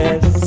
Yes